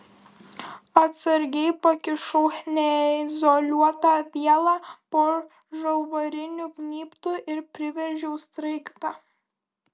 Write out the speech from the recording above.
atsargiai pakišau neizoliuotą vielą po žalvariniu gnybtu ir priveržiau sraigtą